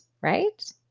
right